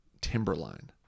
Timberline